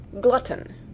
GLUTTON